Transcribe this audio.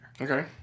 Okay